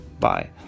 Bye